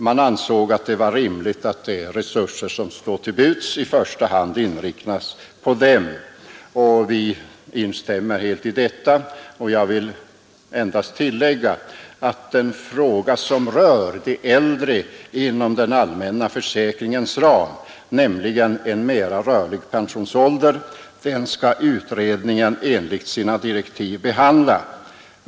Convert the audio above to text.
Man ansåg det vara rimligt att de resurser som står till buds i första hand inriktas på dem. Socialförsäkringsutskottet instämmer nu helt i detta. Jag vill endast tillägga att den fråga som rör de äldre inom den allmänna försäkringens ram — en mera rörlig pensionsålder — den skall utredningen enligt sina direktiv behandla.